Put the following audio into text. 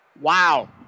Wow